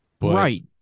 right